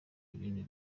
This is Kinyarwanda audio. ibintu